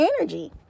energy